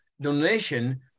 donation